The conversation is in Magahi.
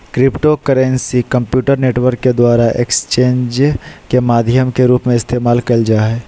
क्रिप्टोकरेंसी कम्प्यूटर नेटवर्क के द्वारा एक्सचेंजज के माध्यम के रूप में इस्तेमाल कइल जा हइ